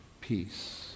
peace